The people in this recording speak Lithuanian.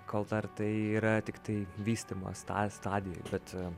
kol dar tai yra tiktai vystymo sta stadija bet